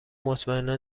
مطمئنا